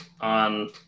on